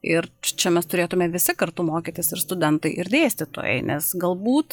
ir č čia mes turėtume visi kartu mokytis ir studentai ir dėstytojai nes galbūt